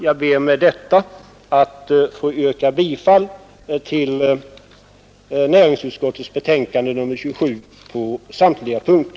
Jag ber med detta att få yrka bifall till utskottets hemställan under samtliga punkter.